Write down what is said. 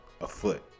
afoot